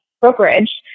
brokerage